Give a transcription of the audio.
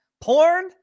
Porn